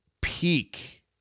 peak